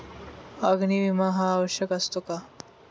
अग्नी विमा हा आवश्यक असतो का?